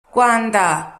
rwanda